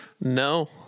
No